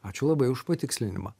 ačiū labai už patikslinimą